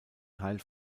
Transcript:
teil